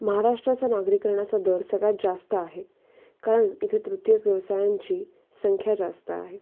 महाराष्ट्राचा नागरीकरणाचा दर सगळ्यात जास्त आहे कारण इथे तृतीयक व्यवसायांची संख्या जास्त आहे